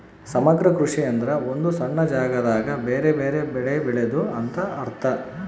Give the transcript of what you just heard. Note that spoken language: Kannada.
ಸಮಗ್ರ ಕೃಷಿ ಎಂದ್ರ ಒಂದು ಸಣ್ಣ ಜಾಗದಾಗ ಬೆರೆ ಬೆರೆ ಬೆಳೆ ಬೆಳೆದು ಅಂತ ಅರ್ಥ